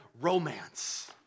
romance